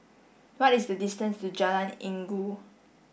what is the distance to Jalan Inggu